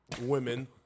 women